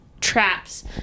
traps